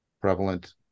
prevalent